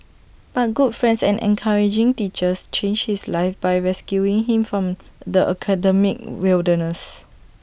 but good friends and encouraging teachers changed his life by rescuing him from the academic wilderness